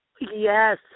Yes